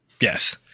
Yes